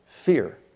fear